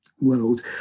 world